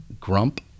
Grump